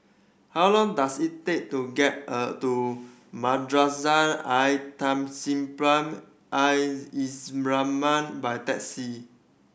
how long does it take to get to Madrasah Al Tahzibiah Al by taxi